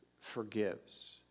forgives